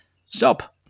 Stop